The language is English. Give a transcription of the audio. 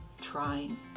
trying